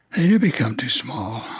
yeah become too small,